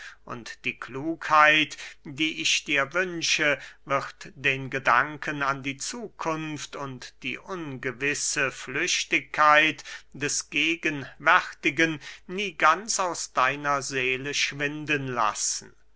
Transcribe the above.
und die klugheit die ich dir wünsche wird den gedanken an die zukunft und die ungewisse flüchtigkeit des gegenwärtigen nie ganz aus deiner seele schwinden lassen